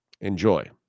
Enjoy